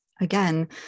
Again